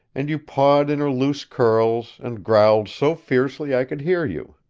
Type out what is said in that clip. and you pawed in her loose curls, and growled so fiercely i could hear you.